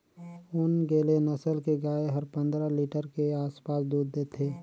ओन्गेले नसल के गाय हर पंद्रह लीटर के आसपास दूद देथे